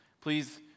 Please